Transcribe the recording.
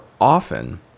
often